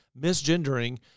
misgendering